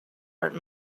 art